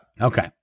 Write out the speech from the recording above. Okay